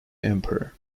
emperor